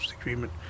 agreement